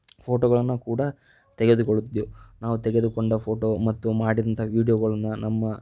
ಫೋಟೋಗಳನ್ನು ಕೂಡ ತೆಗೆದುಕೊಳ್ಳುತ್ತಿದ್ದೆವು ನಾವು ತೆಗೆದುಕೊಂಡ ಫೋಟೋ ಮತ್ತು ಮಾಡಿದಂಥ ವೀಡಿಯೋಗಳನ್ನು ನಮ್ಮ